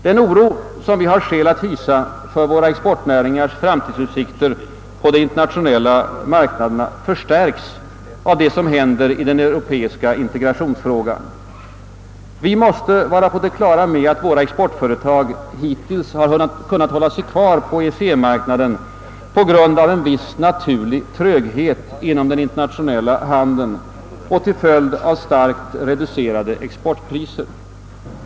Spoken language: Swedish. Den oro, som vi har skäl att hysa för våra exportnäringars framtidsutsikter på de internationella marknaderna, förstärks av det som händer i den europeiska integrationsfrågan. Vi måste vara på det klara med att våra exportföretag hittills kunnat hålla sig kvar på EEC marknaden på grund av en viss naturlig tröghet inom den internationella handeln och till följd av starkt reducerade exportpriser.